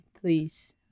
please